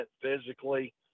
physically